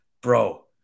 bro